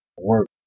work